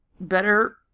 better